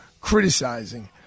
criticizing